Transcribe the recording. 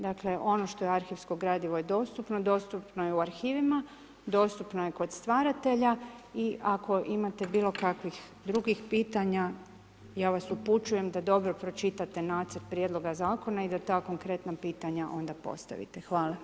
Dakle, ono što je arhivsko gradivo je dostupno, dostupno je u arhivima, dostupno je kod stvaratelja i ako imate bilo kakvih drugih pitanja, ja vas upućuje da dobro pročitate nacrt prijedloga zakona i da ta konkretna pitanja onda postavite.